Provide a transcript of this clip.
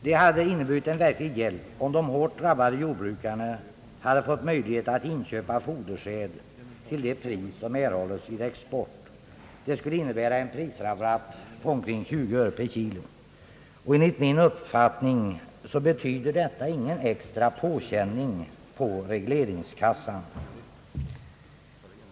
Det hade inneburit en verklig hjälp, om de hårt drabbade jordbrukarna hade fått möjlighet att inköpa fodersäd till det pris som erhålles vid export. Det skulle innebära en prisrabatt på omkring 20 öre per kilogram. Enligt min uppfattning betyder detta ingen extra påkänning på regleringskassan.